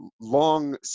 long